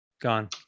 gone